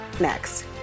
next